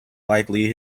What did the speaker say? likely